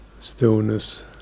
stillness